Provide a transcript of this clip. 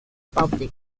public